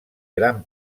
gram